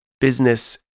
business